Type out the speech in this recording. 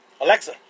Alexa